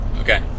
Okay